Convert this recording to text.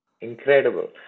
incredible